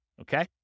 Okay